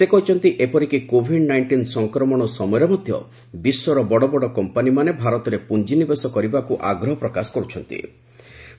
ସେ କହିଛନ୍ତି ଏପରିକି କୋଭିଡ୍ ନାଇଷ୍ଟିନ୍ ସଂକ୍ରମଣ ସମୟରେ ମଧ୍ୟ ବିଶ୍ୱର ବଡ଼ବଡ଼ କମ୍ପାନିମାନେ ଭାରତରେ ପୁଞ୍ଜି ନିବେଶ କରିବାକୁ ଆଗ୍ରହ ପ୍ରକାଶ କର୍ ଚ୍ଚନ୍ତି